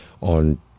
on